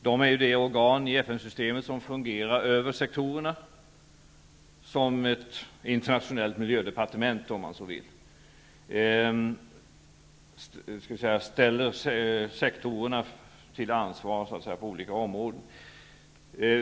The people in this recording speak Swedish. UNEP är det organ i FN-systemet som fungerar över sektorerna, som ett internationellt miljödepartement om man så vill, och som så att säga ställer sektorerna till ansvar på olika områden.